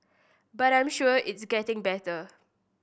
but I'm sure it's getting better